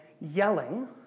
yelling